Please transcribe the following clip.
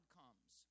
comes